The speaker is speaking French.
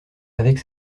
avec